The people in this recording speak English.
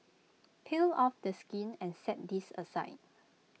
peel off the skin and set this aside